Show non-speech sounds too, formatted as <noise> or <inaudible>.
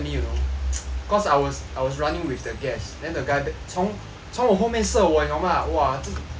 <noise> cause I was I was running with the gas then the guy 从从我后面射我你懂吗哇这种